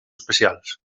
especials